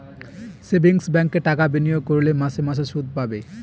savings ব্যাঙ্কে টাকা বিনিয়োগ করলে মাসে মাসে শুদ পাবে